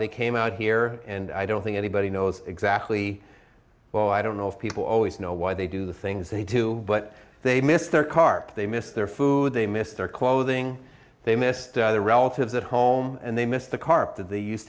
they came out here and i don't think anybody knows exactly well i don't know if people always know why they do the things they do but they missed their cart they missed their food they missed their clothing they missed their relatives at home and they missed the carpet they used